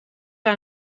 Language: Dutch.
aan